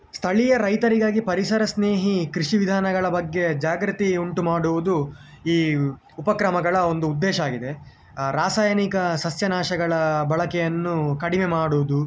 ಸ್ಥಳೀಯ ರೈತರಿಗಾಗಿ ಪರಿಸರ ಸ್ನೇಹಿ ಕೃಷಿ ವಿಧಾನಗಳ ಬಗ್ಗೆ ಜಾಗೃತಿ ಉಂಟು ಮಾಡುವುದು ಈ ಉಪಕ್ರಮಗಳ ಒಂದು ಉದ್ದೇಶ ಆಗಿದೆ ರಾಸಾಯನಿಕ ಸಸ್ಯನಾಶಗಳ ಬಳಕೆಯನ್ನು ಕಡಿಮೆ ಮಾಡುವುದು